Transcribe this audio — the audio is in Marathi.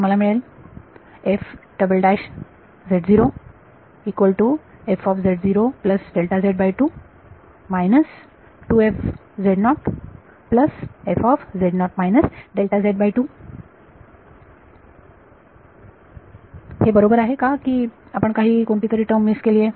तर मला मिळेल हे बरोबर आहे का की आपण काही कोणतीतरी टर्म मिस केली आहे